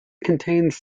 contains